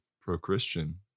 pro-Christian